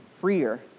freer